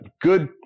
good